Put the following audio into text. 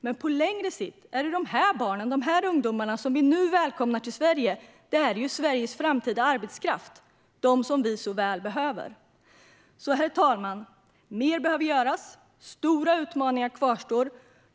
Men på längre sikt är det de här barnen och ungdomarna som vi nu välkomnar till Sverige som är Sveriges framtida arbetskraft - den som vi så väl behöver. Herr talman! Mer behöver alltså göras. Stora utmaningar kvarstår.